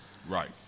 right